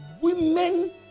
women